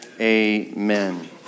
amen